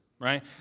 right